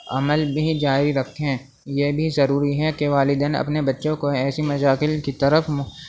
عمل بھی جاری رکھیں یہ بھی ضروری ہے کہ والدین اپنے بچوں کو ایسے مشاغل کی طرف